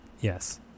yes